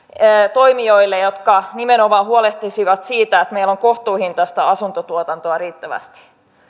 toimijoille jotka nimenomaan huolehtisivat siitä että meillä on kohtuuhintaista asuntotuotantoa riittävästi